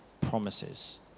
promises